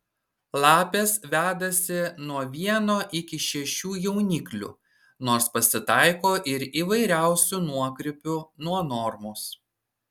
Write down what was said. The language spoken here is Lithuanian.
lapės vedasi nuo vieno iki šešių jauniklių nors pasitaiko ir įvairiausių nuokrypių nuo normos